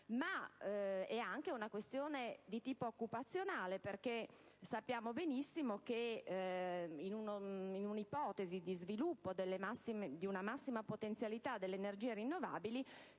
ma è anche una questione di tipo occupazionale, perché sappiamo benissimo che, nell'ipotesi di massimo sviluppo della potenzialità delle energie rinnovabili,